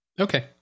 Okay